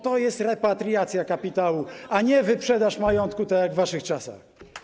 To jest repatriacja kapitału, a nie wyprzedaż majątku, tak jak w waszych czasach.